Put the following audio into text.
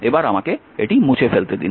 এবার আমাকে এটি মুছে ফেলতে দিন